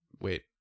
wait